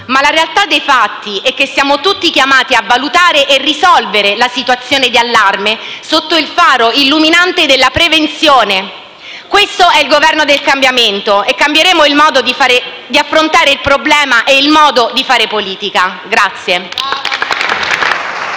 ma la realtà dei fatti è che siamo tutti chiamati a valutare e risolvere la situazione di allarme sotto il faro illuminante della prevenzione. Questo è il Governo del cambiamento e cambieremo il modo di affrontare il problema e di fare politica.